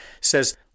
says